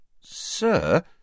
Sir